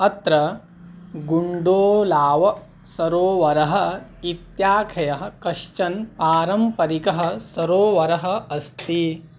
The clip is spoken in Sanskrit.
अत्र गुण्डोलाव् सरोवरः इत्याख्यः कश्चन पारम्परिकः सरोवरः अस्ति